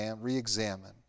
re-examine